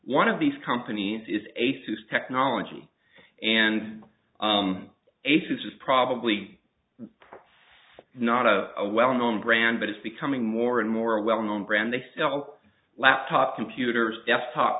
one of these companies is a seuss technology and a truth is probably not a well known brand but it's becoming more and more a well known brand they sell laptop computers desktop